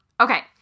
Okay